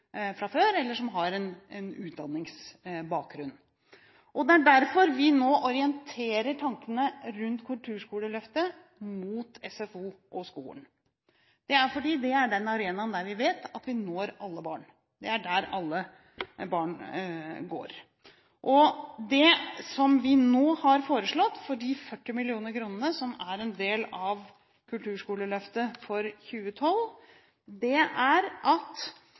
fra før, eller som har en utdanningsbakgrunn? Derfor orienterer vi nå tankene rundt kulturskoleløftet mot SFO og skolen. Det er fordi det er den arenaen der vi vet at vi når alle barn. Det er der alle barn går. Det vi nå har foreslått – de 40 mill. kr som er en del av kulturskoleløftet for 2012 – er at